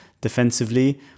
defensively